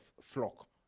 flock